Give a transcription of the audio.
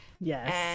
Yes